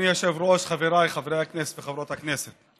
אדוני היושב-ראש, חבריי חברי הכנסת וחברות הכנסת,